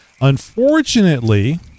Unfortunately